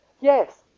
Yes